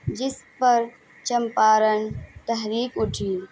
جس پر چمپارن تحریک اٹھی